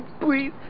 Please